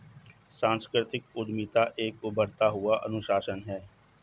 सांस्कृतिक उद्यमिता एक उभरता हुआ अनुशासन है